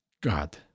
God